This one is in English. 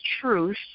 truth